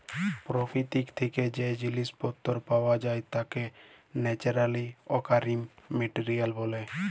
পরকিতি থ্যাকে যে জিলিস পত্তর পাওয়া যায় তাকে ন্যাচারালি অকারিং মেটেরিয়াল ব্যলে